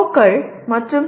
க்கள் மற்றும் பி